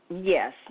Yes